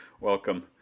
Welcome